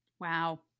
Wow